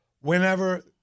whenever